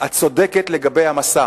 את צודקת לגבי המסע.